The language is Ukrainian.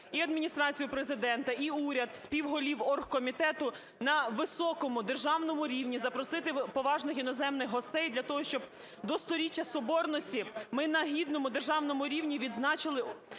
і Адміністрацію Президента, і уряд, співголів оргкомітету на високому державному рівні запросити поважних іноземних гостей для того, щоб до 100-річчя Соборності ми на гідному державному рівні відзначили